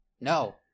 No